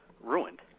ruined